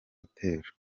gitero